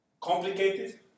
complicated